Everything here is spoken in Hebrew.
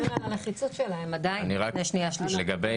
בסדר.